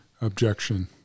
Objection